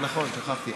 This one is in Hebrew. נכון, שכחתי.